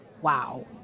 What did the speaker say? Wow